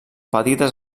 petites